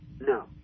no